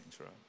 right